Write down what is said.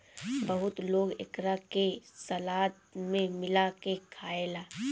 बहुत लोग एकरा के सलाद में मिला के खाएला